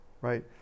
right